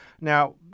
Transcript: Now